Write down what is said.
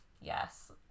yes